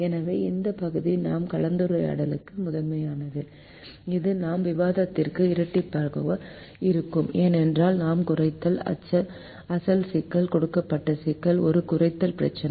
எனவே இந்த பகுதி நாம் கலந்துரையாடலுக்கான முதன்மையானது இது நாம் விவாதத்திற்கு இரட்டிப்பாக இருக்கும் ஏனென்றால் நாம் குறைத்தல் அசல் சிக்கல் கொடுக்கப்பட்ட சிக்கல் ஒரு குறைத்தல் பிரச்சினை